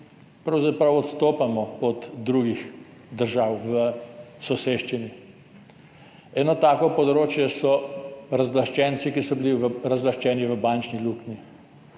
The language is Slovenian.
pravzaprav odstopamo od drugih držav v soseščini. Eno tako področje so razlaščenci, ki so bili razlaščeni v bančni luknji.